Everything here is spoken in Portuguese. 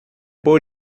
por